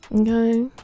Okay